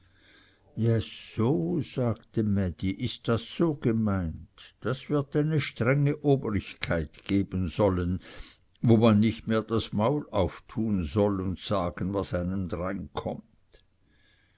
jä so sagte mädi ist das so gemeint das wird eine strenge obrigkeit geben sollen wo man nicht mehr das maul auftun soll und sagen was einem